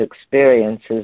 experiences